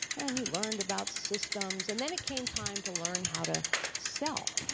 and you learned about systems and then it came time to learn how to sell.